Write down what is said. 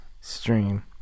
Stream